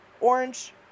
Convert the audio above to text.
orange